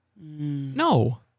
no